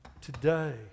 Today